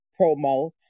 promo